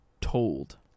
told